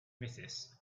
misses